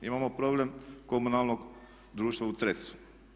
Imamo problem Komunalnog društva u Cresu.